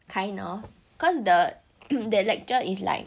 kind of cause the the lecture is like